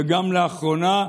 וגם לאחרונה,